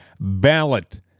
ballot